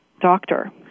doctor